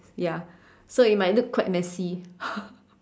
ya so it might look quite messy